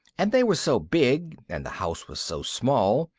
and they were so big, and the house was so small,